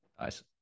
Nice